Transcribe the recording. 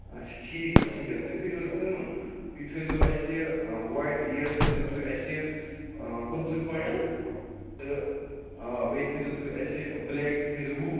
اچھا ٹھیٖک حظ چھُ ٹھیٖک تُہۍ کٔرِو حظ کٲم تُہۍ تھٲیزیٚو اسہ وایٹ ییر تھٲیزیٚو تُہۍ اسہ پٕنژٕہ کۄینٹل تہٕ بیٚیہِ تھٲیزیٚو تُہۍ اسہ بلیک تہِ تھٲیزیٚو وُہ